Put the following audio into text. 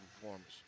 performance